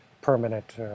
permanent